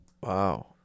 Wow